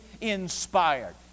inspired